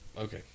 Okay